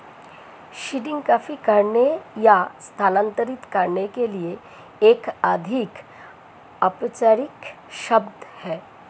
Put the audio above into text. seeding copy करने या स्थानांतरित करने के लिए एक अधिक औपचारिक शब्द है